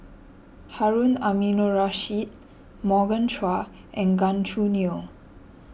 Harun Aminurrashid Morgan Chua and Gan Choo Neo